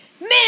man